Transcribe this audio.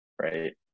right